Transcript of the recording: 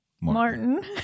Martin